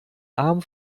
arm